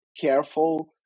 careful